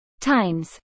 times